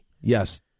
Yes